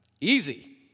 Easy